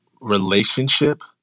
relationship